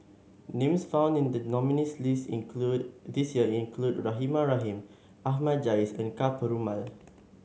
names found in the nominees' list include this year include Rahimah Rahim Ahmad Jais and Ka Perumal